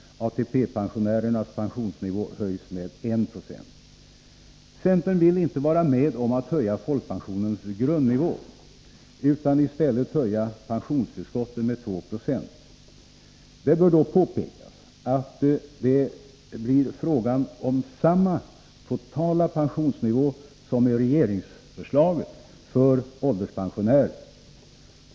ATP-pensionärernas pensionsnivå höjs med 1 90. Centern vill inte vara med om att höja folkpensionens grundnivå utan vill i stället höja pensionstillskotten med 2 96. Det bör då påpekas att det blir frågan om samma totala pensionsnivå som i regeringsförslaget för ålderspensionärer.